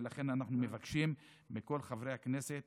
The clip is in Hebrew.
ולכן אנחנו מבקשים מכל חברי הכנסת